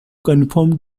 confirmed